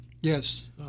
Yes